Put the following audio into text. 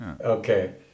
okay